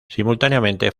simultáneamente